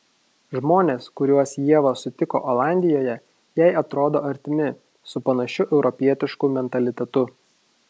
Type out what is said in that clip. žmonės kuriuos ieva sutiko olandijoje jai atrodo artimi su panašiu europietišku mentalitetu